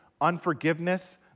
unforgiveness